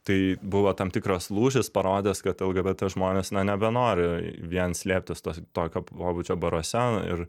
tai buvo tam tikras lūžis parodęs kad lgbt žmonės na nebenori vien slėptis tuos tokio pobūdžio baruose ir